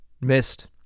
missed